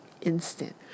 instant